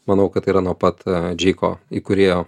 manau kad yra nuo pat džeiko įkūrėjo